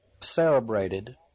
celebrated